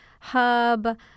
hub